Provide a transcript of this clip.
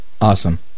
Awesome